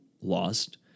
lost